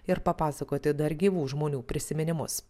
ir papasakoti dar gyvų žmonių prisiminimus